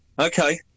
Okay